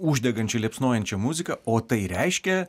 uždegančią liepsnojančią muziką o tai reiškia